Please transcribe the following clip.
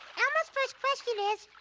elmo's first question is,